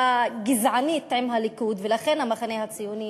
הגזענית, עם הליכוד, ולכן המחנה הציוני